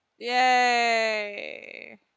Yay